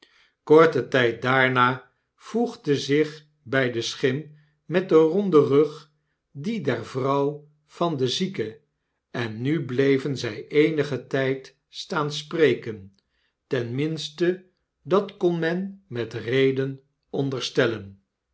korten tyd daarna voegde zich bij de schim met den ronden rug die der vrouw van den zieke en nu bleven zy eenigen tyd staan spreken ten minste dat kon men met reden onderstellen